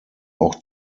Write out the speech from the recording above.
auch